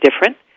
different